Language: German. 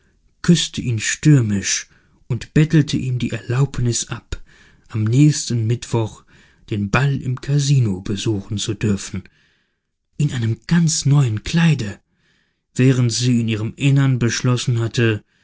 küßte ihn stürmisch und bettelte ihm die erlaubnis ab am nächsten mittwoch den ball im kasino besuchen zu dürfen in einem ganz neuen kleide während sie in ihrem innern beschlossen hatte